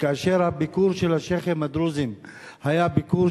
כאשר הביקור של השיח'ים הדרוזים היה ביקור